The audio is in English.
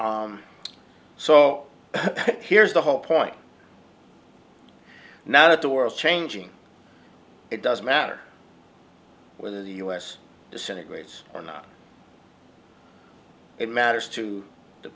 so here's the whole point now that the world changing it doesn't matter whether the us disintegrates or not it matters to the